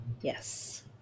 Yes